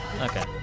Okay